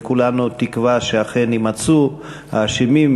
כולנו תקווה שאכן יימצאו האשמים,